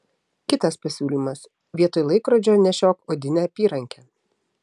kitas pasiūlymas vietoj laikrodžio nešiok odinę apyrankę